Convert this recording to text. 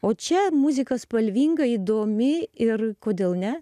o čia muzika spalvinga įdomi ir kodėl ne